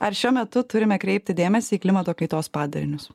ar šiuo metu turime kreipti dėmesį į klimato kaitos padarinius